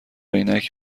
عینک